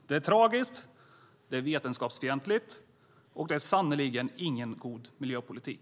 Det är tragiskt, det är vetenskapsfientligt, och det är sannerligen ingen god miljöpolitik.